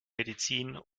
medizin